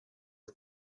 the